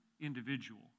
individual